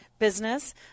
business